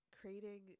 creating